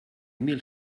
mil